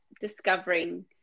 discovering